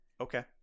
Okay